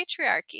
patriarchy